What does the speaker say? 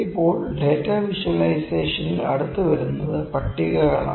ഇപ്പോൾ ഡാറ്റ വിഷ്വലൈസേഷനിൽ അടുത്തത് വരുന്നത് പട്ടികകളാണ്